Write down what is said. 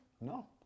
No